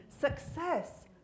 success